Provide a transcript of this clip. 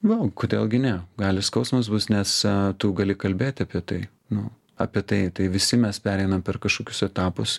vau kodėl gi ne gali skausmas bus nes tu gali kalbėti apie tai nu apie tai tai visi mes pereinam per kažkokius etapus